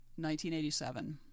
1987